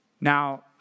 Now